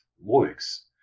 works